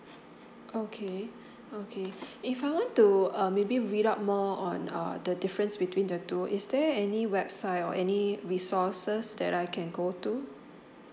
okay okay if I want to uh maybe read out more on err the difference between the two is there any website or any resources that I can go to